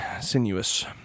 sinuous